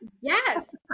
Yes